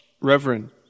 Reverend